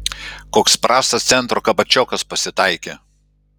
koks prastas centro kabačiokas pasitaikė